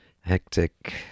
hectic